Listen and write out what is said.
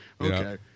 Okay